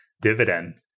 dividend